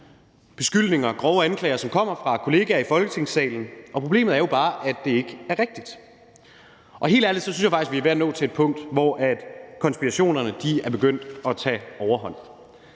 beskyldninger og grove anklager, som kommer fra kolleger i Folketingssalen, og problemet er, at der ikke er noget hold i anklagerne. Helt ærligt synes jeg faktisk, at vi er ved at nå til et punkt, hvor konspirationerne er begyndt at tage overhånd.